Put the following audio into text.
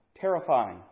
Terrifying